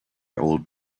old